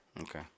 Okay